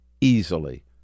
easily